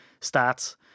stats